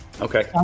Okay